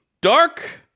Dark